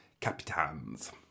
capitans